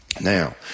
Now